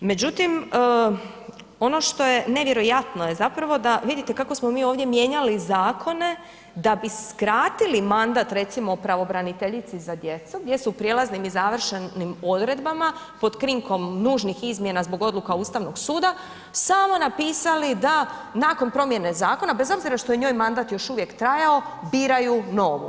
Međutim, ono što je nevjerojatno je zapravo da vidite kako smo mi ovdje mijenjali zakone da bi skratili mandat recimo pravobraniteljici za djecu gdje su u prijelaznim i završnim odredbama pod krinkom nužnih izmjena zbog odluka Ustavnog suda samo napisali da nakon promjene zakona bez obzira što je njoj mandat još uvijek trajao biraju novu.